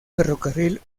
ferrocarril